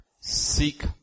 seek